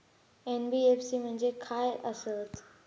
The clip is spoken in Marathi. एन.बी.एफ.सी म्हणजे खाय आसत?